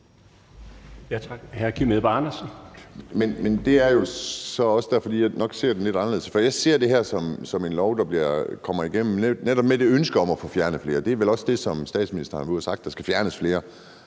jeg ser det her som en lov, der kommer igennem netop med det ønske om at få fjernet flere, og det er vel også det, som statsministeren har været ude og har sagt, altså at der skal fjernes flere.